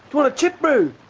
wanna chip bro?